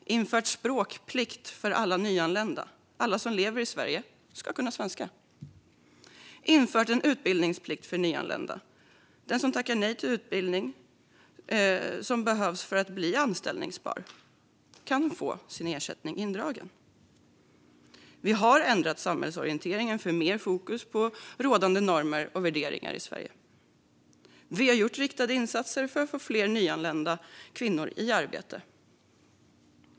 Vi har infört en språkplikt för alla nyanlända, för alla som lever i Sverige ska kunna svenska. Vi har infört en utbildningsplikt för nyanlända, och den som tackar nej till den utbildning som behövs för bli att anställbar kan få sin ersättning indragen. Vi har ändrat samhällsorienteringen för mer fokus på rådande normer och värderingar i Sverige, och vi har gjort riktade insatser för att få fler nyanlända kvinnor i arbete.